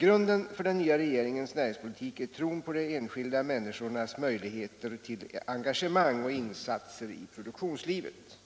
Grunden för den nya regeringens näringspolitik är tron på de enskilda människornas möjligheter till engagemang och insatser i produktionslivet.